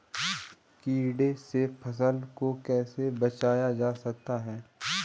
कीटों से फसल को कैसे बचाया जा सकता है?